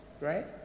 right